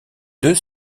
deux